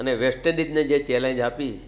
અને વેસ્ટઇંડીઝને જે ચેલેન્જ આપી